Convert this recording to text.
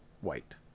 white